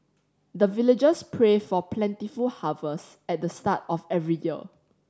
the villagers pray for plentiful harvest at the start of every year